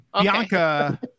Bianca